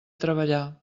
treballar